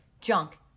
junk